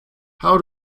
how